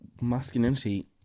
masculinity